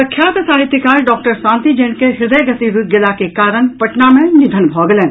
प्रख्यात साहित्यकार डॉक्टर शांति जैन के हृदय गति रूकि गेला के कारण पटना मे निधन भऽ गेलनि